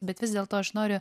bet vis dėlto aš noriu